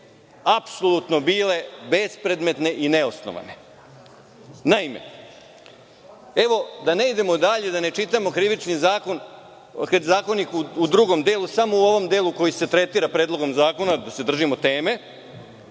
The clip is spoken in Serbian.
apsolutno bile bespredmetne i neosnovane. Naime, da ne idemo dalje i da ne čitamo Krivični zakonik u drugom delu, samo u ovom delu koji se tretira Predlogom zakona, da se držimo teme,